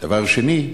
דבר שני: